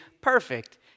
perfect